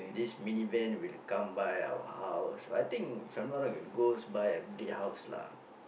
this mini van will come by our house I think if I'm not wrong it goes by every house lah